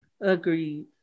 Agreed